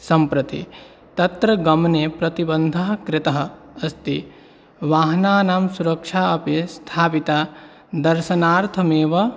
सम्प्रति तत्र गमने प्रतिबन्धः कृतः अस्ति वाहनानां सुरक्षा अपि स्थापिता दर्शनार्थमेव